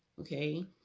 okay